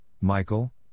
Michael